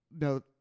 No